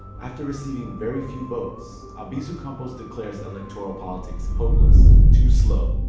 after receiving very few votes, albizu campos declares electoral politics hopeless too slow,